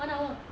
one hour